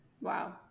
Wow